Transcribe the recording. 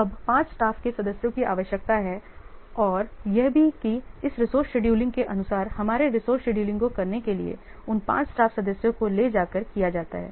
तो अब 5 स्टाफ के सदस्यों की आवश्यकता है और यह भी कि इस रिसोर्स शेड्यूलिंग के अनुसार हमारे रिसोर्स शेड्यूलिंग को करने के लिए उन 5 स्टाफ सदस्यों को ले जाकर किया जाता है